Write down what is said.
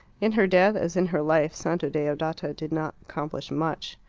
in her death, as in her life, santa deodata did not accomplish much.